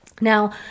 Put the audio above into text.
Now